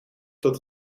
tot